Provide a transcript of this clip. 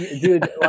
dude